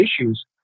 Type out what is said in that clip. issues